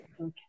Okay